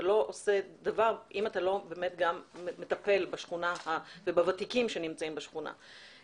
אתה לא עושה דבר אם אתה לא באמת מטפל בשכונה ובוותיקים שנמצאים בשכונה.